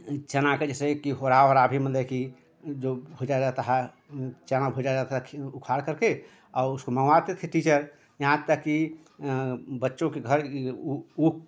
चना का जैसे की होरहा होरहा अभी मदे कि जो भून जाता हे चना भुना जाता था खे उखाड़ करके और उसको मँगवाते थे टीचर यहाँ तक कि बच्चों के घर ऊख का